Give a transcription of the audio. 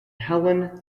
helen